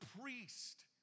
priest